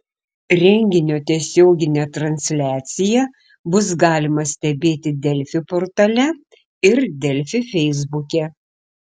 renginio tiesioginę transliaciją bus galima stebėti delfi portale ir delfi feisbuke